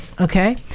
Okay